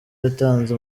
yatanze